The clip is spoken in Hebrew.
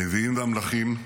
הנביאים והמלכים,